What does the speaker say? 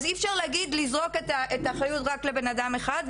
אז אי אפשר לזרוק את האחריות רק על בן אדם אחד.